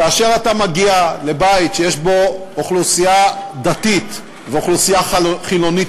כאשר אתה מגיע לבית שיש בו אוכלוסייה דתית ואוכלוסייה חילונית,